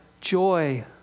joy